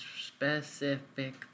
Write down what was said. specific